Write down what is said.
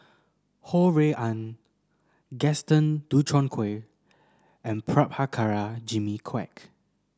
Ho Rui An Gaston Dutronquoy and Prabhakara Jimmy Quek